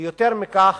ויותר מכך,